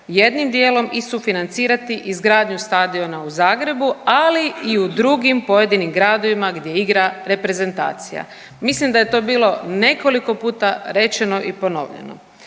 jednim dijelom i sufinancirati izgradnju stadiona u Zagrebu, ali i u drugim pojedinim gradovima gdje igra reprezentacija. Mislim da je to bilo nekoliko puta rečeno i ponovljeno